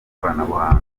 ikoranabuhanga